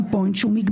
גם פה אין שום מגבלה.